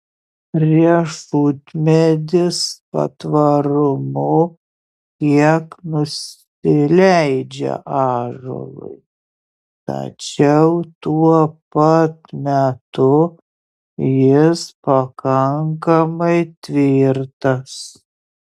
riešutmedis patvarumu kiek nusileidžia ąžuolui tačiau tuo pat metu jis pakankamai tvirtas